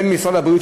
בין משרד הבריאות,